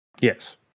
Yes